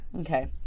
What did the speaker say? Okay